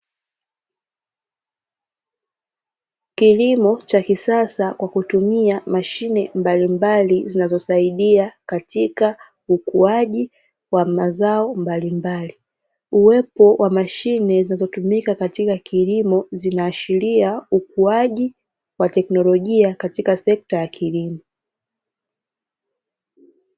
Kilimo cha kisasa kwa kutumia mashine mbalimbali zinazosaidia katika ukuaji wa mazao mbalimbali. Uwepo wa mashine zinazotumika katika kilimo zinaashiria ukuaji wa teknolojia katika sekta ya kilimo.